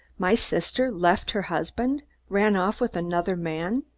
my sister left her husband run off with another man!